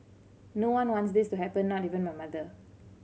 no one wants this to happen not even my mother